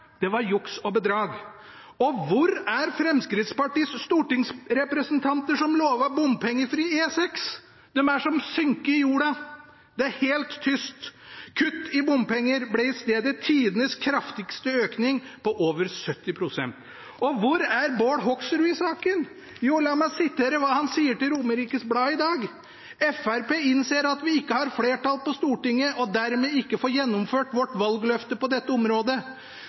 det var juks og bedrag. Og hvor er Fremskrittspartiets stortingsrepresentanter som lovet bompengefri E6? De er som sunket i jorda, det er helt tyst. Kutt i bompenger ble i stedet tidenes kraftigste økning, på over 70 pst. Og hvor er Bård Hoksrud i saken? Jo, la meg sitere hva han sier til Romerikes Blad i dag: «Frp innser at vi ikke har flertall på Stortinget, og dermed ikke får gjennomført vårt valgløfte på dette området.